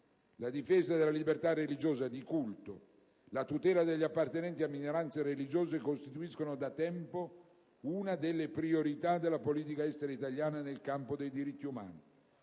La difesa della libertà religiosa e di culto e la tutela degli appartenenti a minoranze religiose costituiscono da tempo una delle priorità della politica estera italiana nel campo dei diritti umani.